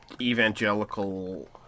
evangelical